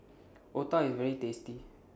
Otah IS very tasty